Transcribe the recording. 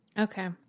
Okay